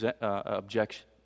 objection